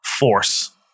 force